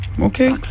Okay